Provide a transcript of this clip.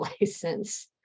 license